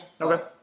Okay